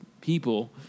people